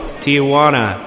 Tijuana